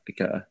okay